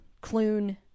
Clune